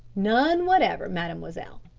none whatever, mademoiselle.